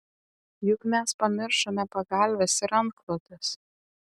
juk mes pamiršome pagalves ir antklodes